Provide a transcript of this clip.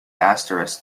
asterisk